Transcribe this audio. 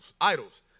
idols